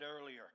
earlier